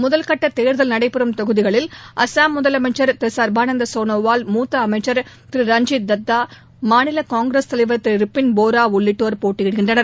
முதல்கட்ட தேர்தல் நடைபெறும் தொகுதிகளில் அசாம் முதலமைச்சர் திரு சர்பானந்த சோனாவால் மூத்த அமைச்சர் திரு ரஞ்சித் தத்தா மாநில காங்கிரஸ் தலைவர் திரு ரிபுள் போரா உள்ளிட்டோர் போட்டியிடுகின்றனர்